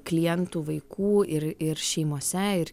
klientų vaikų ir ir šeimose ir